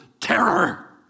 Terror